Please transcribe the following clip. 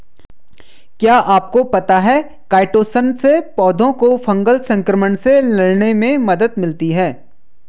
क्या आपको पता है काइटोसन से पौधों को फंगल संक्रमण से लड़ने में मदद मिलती है?